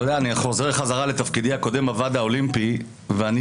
אני חוזר בחזרה לתפקידי הקודם בוועד האולימפי ואני